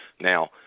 Now